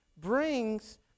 brings